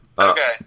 Okay